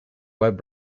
web